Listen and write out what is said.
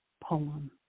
poem